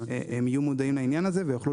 הם יהיו מודעים לעניין הזה ויוכלו